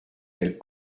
elle